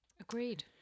Agreed